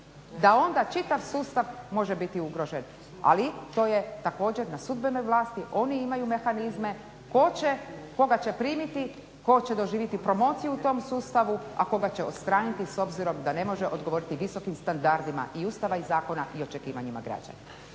da onda čitav sustav može biti ugrožen. Ali, to je također na sudbenoj vlasti, oni imaju mehanizme koga će primiti, tko će doživjeti promociju u tom sustavu, a koga će odstraniti s obzirom da ne može odgovoriti visokim standardima i Ustava i zakona i očekivanjima građana.